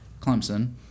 Clemson